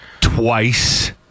twice